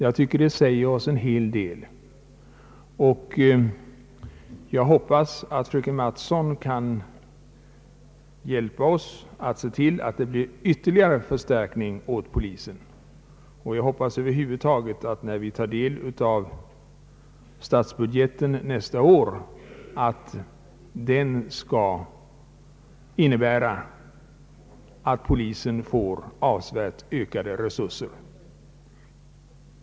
Jag tycker att det säger oss en hel del, och jag hoppas att fröken Mattson kan hjälpa till, så att det blir ytterligare förstärkningar åt polisen. Över huvud taget hoppas jag att vi, när vi tar del av statsbudgeten för nästa år, skall finna att den innebär att polisen får avsevärt ökade resurser.